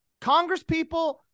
congresspeople